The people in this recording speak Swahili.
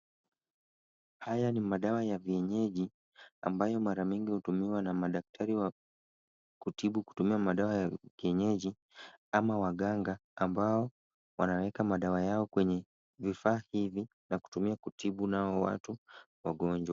Haya ni madawa ya vienyeji ambayo mara mingi hutumiwa na madaktari wa kutibu kutumia madawa ya kienyeji ama waganga ambao wanaeka madawa yao kwenye vifaa hivi na kutumia kutibu nayo watu wagonjwa.